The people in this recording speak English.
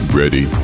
ready